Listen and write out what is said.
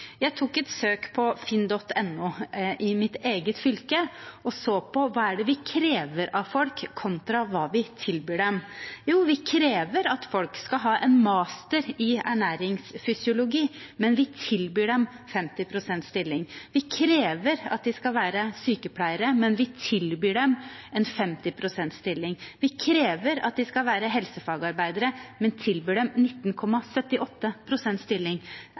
Jeg gjorde et søk på finn.no i mitt eget fylke og så på hva vi krever av folk, kontra hva vi tilbyr dem. Jo, vi krever at folk skal ha en master i ernæringsfysiologi, men vi tilbyr dem en 50 pst. stilling. Vi krever at de skal være sykepleiere, men vi tilbyr dem en 50 pst. stilling. Vi krever at de skal være helsefagarbeidere, men tilbyr dem en 19,78 pst. stilling.